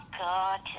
God